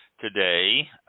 today